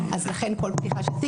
אז לכן כל פתיחה של תיק,